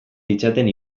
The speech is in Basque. ditzaten